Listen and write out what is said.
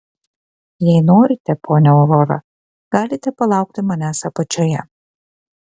jei norite ponia aurora galite palaukti manęs apačioje